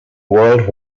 world